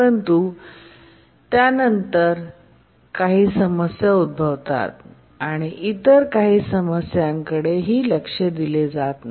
परंतु नंतर त्यातून काही समस्या उद्भवतात आणि काही इतर समस्यांकडेही लक्ष दिले जात नाही